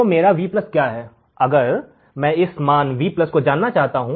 तो मेरा V क्या है अब अगर मैं इस मान V को जानना चाहता हूं